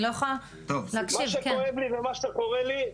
מה שכואב לי ומה שחורה לי,